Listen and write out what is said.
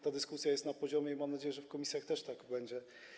Ta dyskusja jest na poziomie i mam nadzieję, że w komisjach też tak będzie.